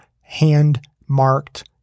hand-marked